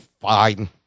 fine